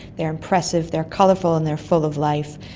they are impressive, they are colourful and they are full of life.